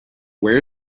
where